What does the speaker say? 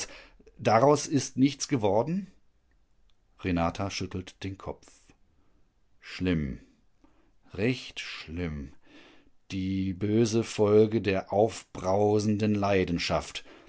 daraus ist nichts geworden renata schüttelt den kopf schlimm recht schlimm die böse folge der aufbrausenden leidenschaft